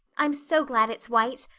i'm so glad it's white.